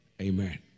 Amen